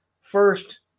first